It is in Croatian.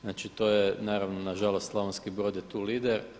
Znači to je naravno na žalost Slavonski Brod je tu lider.